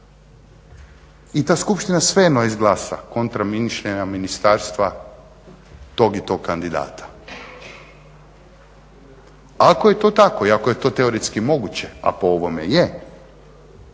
i ta skupština svejedno izglasa kontra mišljenja ministarstva tog i tog kandidata. Ako je to tako i ako je to teoretski moguće, a po ovome je